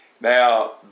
Now